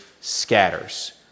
scatters